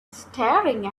staring